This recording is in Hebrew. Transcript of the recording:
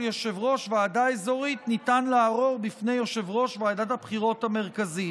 יושב-ראש ועדה אזורית ניתן לערור בפני יושב-ראש ועדת הבחירות המרכזית.